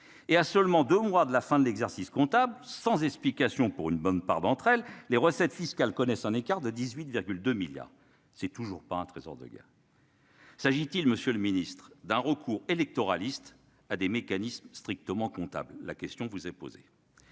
et à seulement 2 mois de la fin de l'exercice comptable sans explication pour une bonne part d'entre elles, les recettes fiscales connaissent un écart de 18,2 milliards c'est toujours pas un trésor de guerre. S'agit-il, Monsieur le Ministre, d'un recours électoraliste à des mécanismes strictement comptable, la question vous est posée.